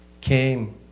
came